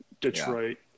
Detroit